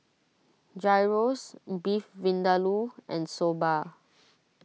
Gyros Beef Vindaloo and Soba